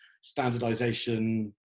standardization